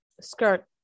skirt